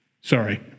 sorry